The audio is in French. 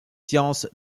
sciences